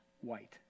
white